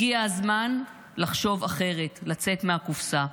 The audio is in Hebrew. הגיע הזמן לחשוב אחרת, לצאת מהקופסה.